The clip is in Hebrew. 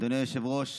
אדוני היושב-ראש,